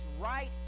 right